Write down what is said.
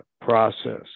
process